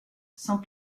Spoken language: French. sans